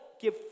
give